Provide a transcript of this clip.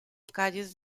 calles